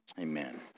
Amen